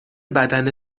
بدن